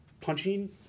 punching